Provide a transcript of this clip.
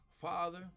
Father